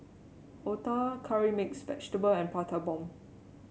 Otah Curry Mixed Vegetable and Prata Bomb